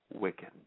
wicked